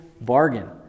bargain